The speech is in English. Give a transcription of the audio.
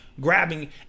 grabbing